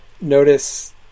Notice